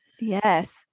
Yes